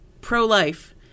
pro-life